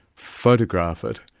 photograph it,